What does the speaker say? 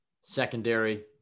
Secondary